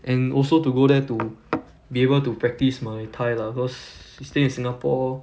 and also to go there to be able to practise my thai lah cause you stay in singapore